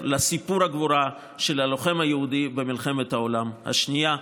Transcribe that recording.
לסיפור הגבורה של הלוחם היהודי במלחמת העולם השנייה.